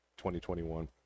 2021